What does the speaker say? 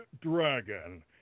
Dragon